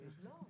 לא.